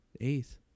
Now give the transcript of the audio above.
Eighth